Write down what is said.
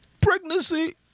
pregnancy